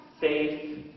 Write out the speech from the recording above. faith